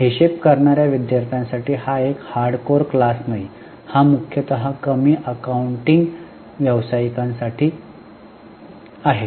हिशेब करणार्या विद्यार्थ्यांसाठी हा एक हार्ड कोअर क्लास नाही हा मुख्यतः कमी अकाउंटिंग व्यावसायिकांसाठी आहे